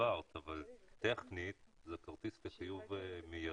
הסברת אבל טכנית זה כרטיס לחיוב מיידי.